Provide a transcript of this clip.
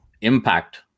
impact